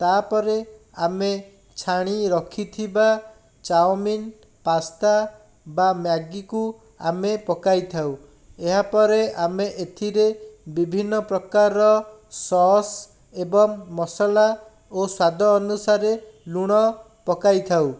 ତାପରେ ଆମେ ଛାଣି ରଖିଥିବା ଚାଓମିନ ପାସ୍ତା ବା ମ୍ୟାଗିକୁ ଆମେ ପକାଇଥାଉ ଏହାପରେ ଆମେ ଏଥିରେ ବିଭିନ୍ନ ପ୍ରକାରର ଶସ୍ ଏବଂ ମସଲା ଓ ସ୍ୱାଦ ଅନୁସାରେ ଲୁଣ ପକାଇଥାଉ